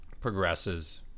progresses